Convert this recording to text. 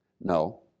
No